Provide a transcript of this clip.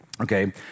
Okay